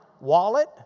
wallet